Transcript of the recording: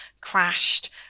crashed